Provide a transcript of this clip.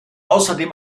außerdem